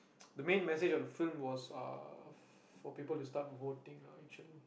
the main message of the film was uh for people to start voting ah actually